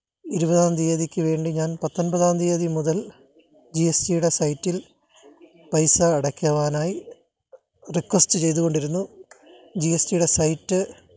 ഇരുപതാം തീയതിക്ക് വേണ്ടി ഞാൻ പത്തൊൻപതാം തീയതി മുതൽ ജീ എസ് റ്റിടെ സൈറ്റിൽ പൈസ അടയ്ക്കുവാനായി റിക്വസ്റ്റ് ചെയ്തുകൊണ്ടിരുന്നു ജീ എസ് റ്റി ടെ സൈറ്റ്